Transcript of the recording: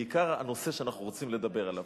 בעיקר בנושא שאנחנו רוצים לדבר עליו.